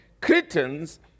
Cretans